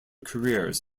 careers